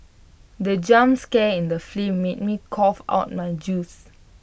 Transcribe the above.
the jump scare in the film made me cough out my juice